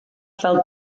fel